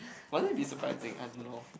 was it be surprising I don't know